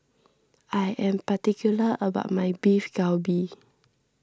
I am particular about my Beef Galbi